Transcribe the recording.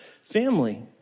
Family